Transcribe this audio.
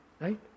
Right